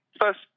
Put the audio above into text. first